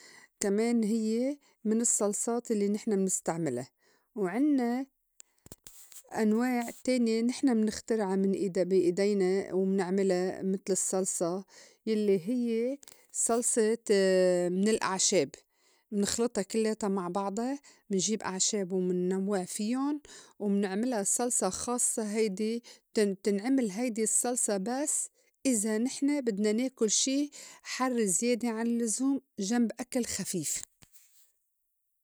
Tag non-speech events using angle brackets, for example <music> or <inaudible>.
كمان هيّ من الصّلصات الّي نحن منستعملا وعنّا <noise> أنواع تانية نحن منخترعا من بي إيدينا ومنعملا متل الصّلصة يلّي هيّ صلصة <hesitation> من الأعْشاب منخلطا كلّياتا مع بعضا منجيب أعشاب ومنوّع فيُّن ومنعملا صلصة خاصّة هيدي بتن- بتنعمل هيدي الصّلصة بس إذا نحن بدنا ناكل شي حَر زيادة عن اللّزوم جنب أكل خفيف.